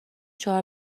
چهار